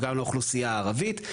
וגם לאוכלוסייה הערבית.